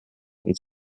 und